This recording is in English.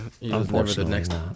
Unfortunately